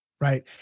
Right